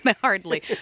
Hardly